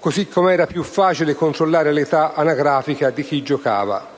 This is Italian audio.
così come era più facile accertare l'età anagrafica di chi giocava.